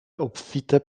obfite